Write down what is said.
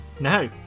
no